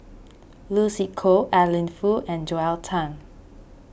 Lucy Koh Adeline Foo and Joel Tan